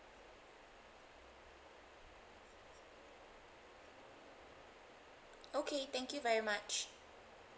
okay thank you very much